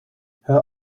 her